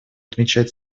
отмечать